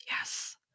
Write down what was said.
yes